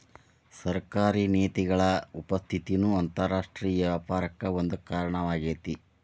ಸರ್ಕಾರಿ ನೇತಿಗಳ ಉಪಸ್ಥಿತಿನೂ ಅಂತರರಾಷ್ಟ್ರೇಯ ವ್ಯಾಪಾರಕ್ಕ ಒಂದ ಕಾರಣವಾಗೇತಿ